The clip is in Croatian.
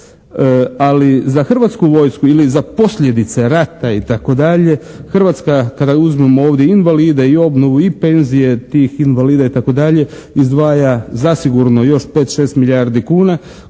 Ali za Hrvatsku vojsku ili za posljedice rata itd. Hrvatska kada uzmemo ovdje invalide i obnovu i penziju tih invalida itd. izdvaja zasigurno još 5, 6 milijardi kuna,